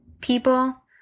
people